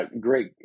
great